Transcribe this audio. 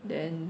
then